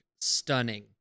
stunning